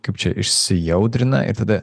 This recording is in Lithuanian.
kaip čia išsijaudrina ir tada